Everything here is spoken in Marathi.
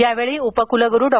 या वेळी उपकूलगुरू डॉ